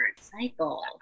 cycle